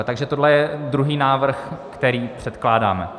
Takže tohle je druhý návrh, který předkládáme.